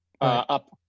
up